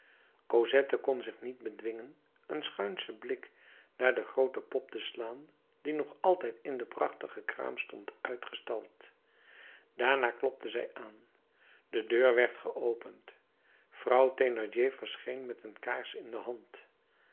cosette kon zich niet bedwingen een schuinschen blik naar de groote pop te slaan die nog altijd in de prachtige kraam stond uitgestald daarna klopte zij aan de deur werd geopend vrouw thénardier verscheen met een kaars in de hand